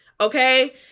okay